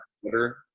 Twitter